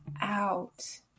out